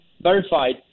verified